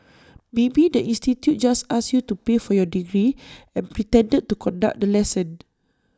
maybe the institute just asked you to pay for your degree and pretended to conduct the lesson